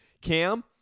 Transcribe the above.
Cam